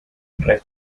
red